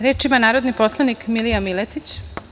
Reč ima narodni poslanik Milija Mileti.